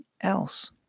else